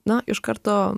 na iš karto